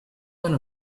one